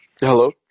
Hello